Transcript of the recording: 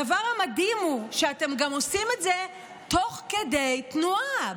הדבר המדהים הוא שאתם גם עושים זה תוך כדי תנועה,